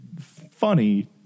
funny